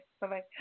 Bye-bye